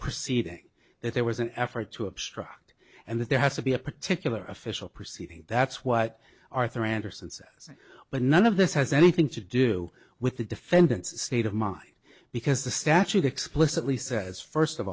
proceeding that there was an effort to obstruct and that there has to be a particular official proceeding that's what arthur andersen says but none of this has anything to do with the defendant's state of mind because the statute explicitly says first of